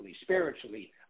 spiritually